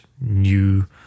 new